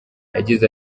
yagize